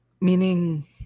Meaning